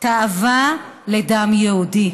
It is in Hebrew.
תאווה לדם יהודי.